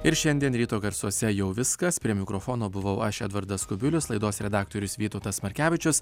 ir šiandien ryto garsuose jau viskas prie mikrofono buvau aš edvardas kubilius laidos redaktorius vytautas markevičius